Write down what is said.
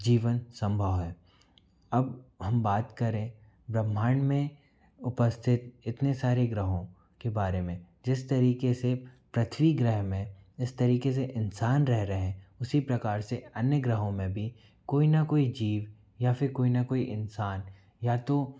जीवन सम्भव है अब हम बात करें ब्रह्मांड में उपस्थित इतने सारे ग्रहों के बारे में जिस तरीके से पृथ्वी ग्रह में जिस तरीके से इंसान रह रहे उसी प्रकार से अन्य ग्रहों में भी कोई ना कोई जीव या फ़िर कोई ना कोई इंसान या तो